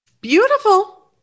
Beautiful